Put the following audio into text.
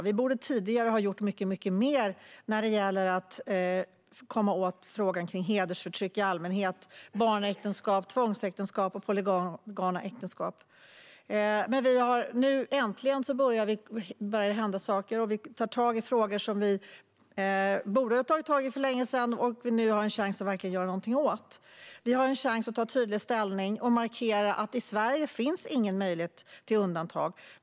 Vi borde tidigare ha gjort mycket mer för att komma åt frågan om hedersförtryck i allmänhet, barnäktenskap, tvångsäktenskap och polygama äktenskap. Nu äntligen börjar det hända saker, och vi tar tag i frågor som vi borde ha tagit tag i för länge sedan. Nu har vi en chans att verkligen göra något. Vi har en chans att ta tydlig ställning och markera att i Sverige finns ingen möjlighet till undantag.